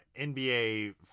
NBA